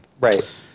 Right